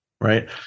Right